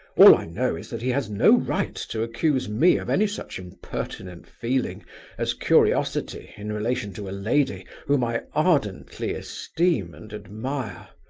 all i know is that he has no right to accuse me of any such impertinent feeling as curiosity in relation to a lady whom i ardently esteem and admire.